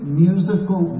musical